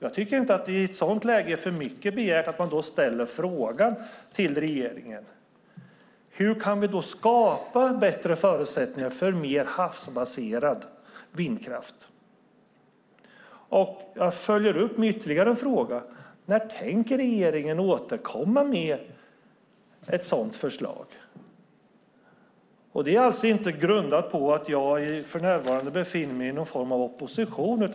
Jag tycker inte att det i ett sådant läge är för mycket begärt att ställa frågan till regeringen: Hur kan vi skapa bättre förutsättningar för mer havsbaserad vindkraft? Jag följer upp med ytterligare en fråga: När tänker regeringen återkomma med ett sådant förslag? Det är alltså inte grundat på att jag för närvarande befinner mig i någon form av opposition.